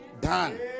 done